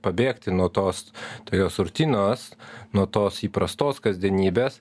pabėgti nuo tos tokios rutinos nuo tos įprastos kasdienybės